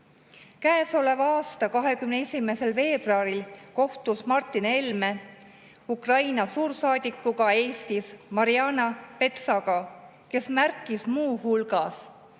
kohustus. Käesoleva aasta 21. veebruaril kohtus Martin Helme Ukraina suursaadikuga Eestis Marjana Betsaga, kes märkis muu hulgas,